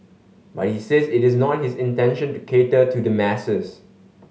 but he says it is not his intention to cater to the masses